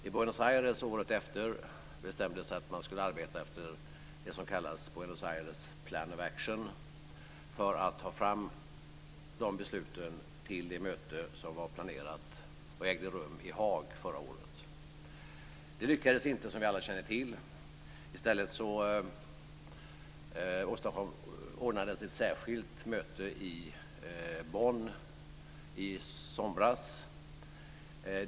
I Buenos Aires året efter bestämdes att man skulle arbeta efter det som kallas Buenos Aires Plan of Action för att ta fram besluten till det möte som var planerat och ägde rum i Haag förra året. Det lyckades inte, som vi alla känner till. I stället ordnades ett särskilt möte i Bonn i somras.